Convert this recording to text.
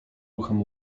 ruchem